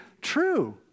true